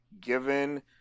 given